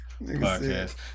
podcast